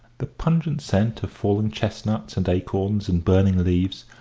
the pungent scent of fallen chestnuts and acorns and burning leaves,